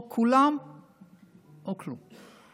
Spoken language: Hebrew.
או כולם או כלום.